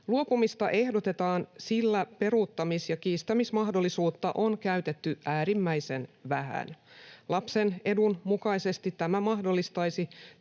Luopumista ehdotetaan, sillä peruuttamis- ja kiistämismahdollisuutta on käytetty äärimmäisen vähän. Lapsen edun mukaisesti tämä mahdollistaisi